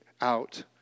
out